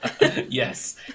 Yes